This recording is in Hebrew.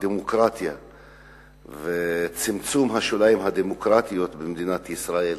הדמוקרטיה וצמצום השוליים הדמוקרטיים בישראל.